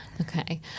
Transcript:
okay